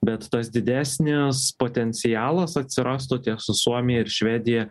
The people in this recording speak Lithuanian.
bet tas didesnis potencialas atsirastų tiek su suomija ir švedija